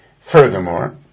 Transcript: Furthermore